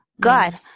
God